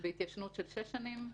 בהתיישנות של שש שנים?